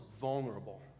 vulnerable